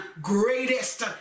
greatest